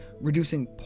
reducing